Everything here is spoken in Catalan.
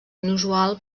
inusual